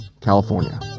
california